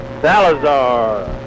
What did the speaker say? Salazar